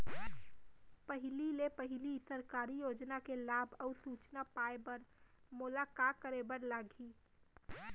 पहिले ले पहिली सरकारी योजना के लाभ अऊ सूचना पाए बर मोला का करे बर लागही?